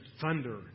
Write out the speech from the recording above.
thunder